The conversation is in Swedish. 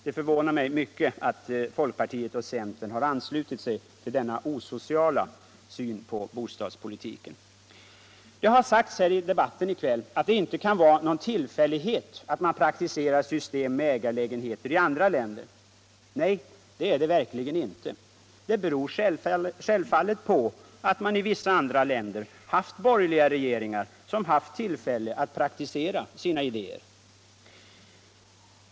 Det förvånar mig mycket att folkpartiet och centern har anslutit sig till denna osociala syn på bostadspolitiken. Det har sagts här i debatten i kväll att det inte kan vara någon tillfällighet att man praktiserar system med ägarlägenheter i andra länder. Nej, det är det verkligen inte. Det beror självfallet på att man i vissa andra länder haft borgerliga regeringar som haft tillfälle att praktisera sina idéer.